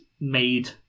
made